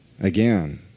Again